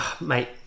Mate